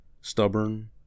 Stubborn